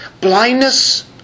Blindness